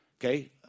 Okay